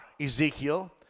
Ezekiel